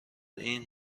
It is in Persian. این